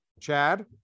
chad